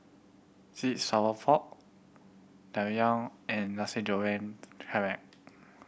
sweet sour pork Tang Yuen and Nasi Goreng Kerang